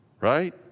right